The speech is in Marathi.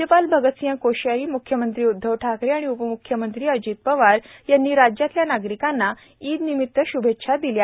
राज्यपाल भगतसिंह कोश्यारी म्ख्यमंत्री उदधव ठाकरे आणि उपम्ख्यमंत्री अजित पवार यांनी राज्यातल्या नागरिकांना ईद च्या शुभेच्छा दिल्या आहेत